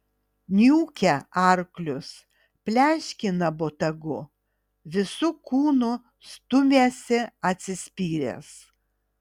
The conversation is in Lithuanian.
niūkia arklius pleškina botagu visu kūnu stumiasi atsispyręs